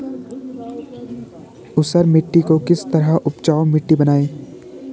ऊसर मिट्टी को किस तरह उपजाऊ मिट्टी बनाएंगे?